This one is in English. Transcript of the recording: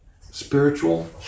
Spiritual